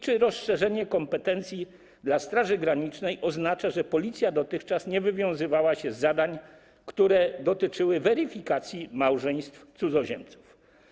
Czy rozszerzenie kompetencji Straży Granicznej oznacza, że Policja dotychczas nie wywiązywała się z zadań, które dotyczyły weryfikacji małżeństw cudzoziemców?